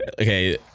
okay